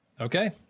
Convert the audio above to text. Okay